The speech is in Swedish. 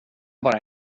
bara